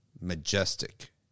majestic